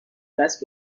دست